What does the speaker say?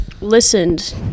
listened